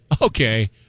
Okay